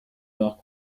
marques